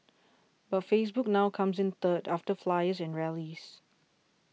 but Facebook now comes in third after flyers and rallies